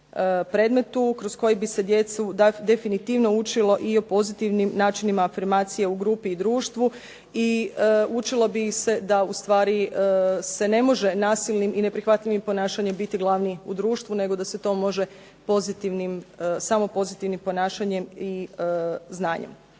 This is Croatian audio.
predmetu kroz koji bi se djecu definitivno učilo i o pozitivnim načinima afirmacije u grupi i društvu i učilo bi ih se da ustvari se ne može nasilnim i neprihvatljivim ponašanjem biti glavni u društvu nego da se to može samo pozitivnim ponašanjem i znanjem.